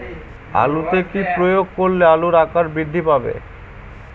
আলুতে কি প্রয়োগ করলে আলুর আকার বৃদ্ধি পাবে?